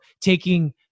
taking